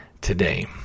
today